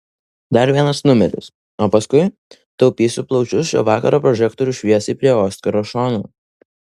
dar vienas numeris o paskui taupysiu plaučius šio vakaro prožektorių šviesai prie oskaro šono